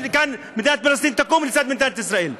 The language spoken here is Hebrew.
מדינת פלסטין תקום לצד מדינת ישראל.